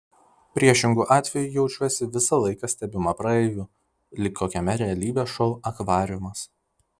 priešingu atveju jaučiuosi visą laiką stebima praeivių lyg kokiame realybės šou akvariumas